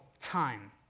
time